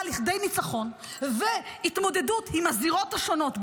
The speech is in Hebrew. לכדי ניצחון והתמודדות עם הזירות השונות,